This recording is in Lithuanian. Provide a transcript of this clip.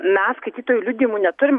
mes skaitytojų liudijimų neturim